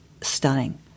stunning